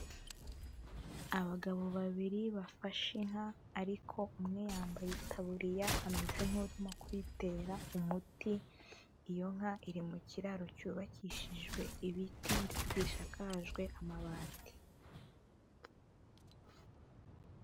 Abagabo babiri bafashe inka ariko umwe yambaye itaburiya ameze nk'urimo kuyitera umuti, iyo nka iri mu kiraro cyubakishijwe ibiti ndetse gishakajwe amabati.